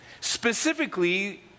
Specifically